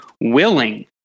willing